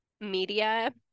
media